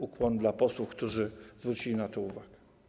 Ukłon dla posłów, którzy zwrócili na to uwagę.